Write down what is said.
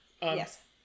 Yes